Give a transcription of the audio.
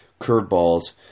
curveballs